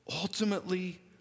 Ultimately